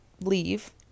leave